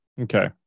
okay